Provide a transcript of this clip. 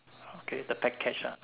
okay the package ah